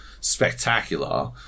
spectacular